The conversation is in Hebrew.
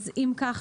אם כך,